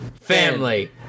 family